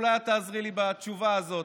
אולי את תעזרי לי בתשובה הזאת: